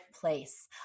place